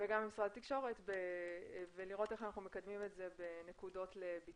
וגם ממשרד התקשורת ולראות איך אנחנו מקדמים את זה בנקודות לביצוע.